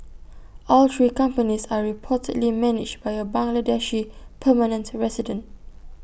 all three companies are reportedly managed by A Bangladeshi permanent resident